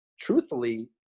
truthfully